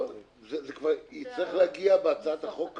זה יצטרך להגיע כבר בהצעת החוק המתוקנת,